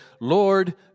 Lord